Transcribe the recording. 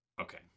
okay